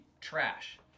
trash